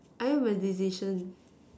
I am a decision